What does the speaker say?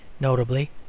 notably